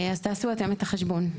תעשו אתם את החשבון.